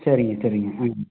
சரிங்க சரிங்க ம்